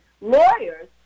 lawyers